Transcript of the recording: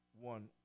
one